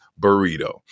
burrito